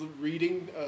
reading